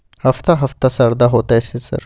हफ्ता हफ्ता शरदा होतय है सर?